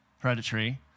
Predatory